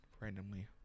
randomly